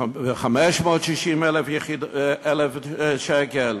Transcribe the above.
ב-560,000 שקל,